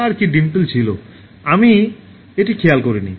তাঁর কি ডিম্পল ছিল আমি এটি খেয়াল করিনি